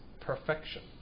perfection